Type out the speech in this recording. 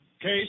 Case